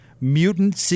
Mutant